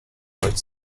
wrote